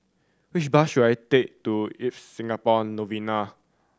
which bus should I take to Ibis Singapore Novena